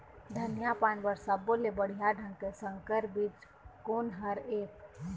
धनिया पान म सब्बो ले बढ़िया ढंग के संकर बीज कोन हर ऐप?